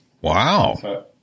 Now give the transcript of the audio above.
Wow